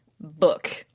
book